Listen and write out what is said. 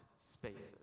spaces